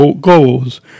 goals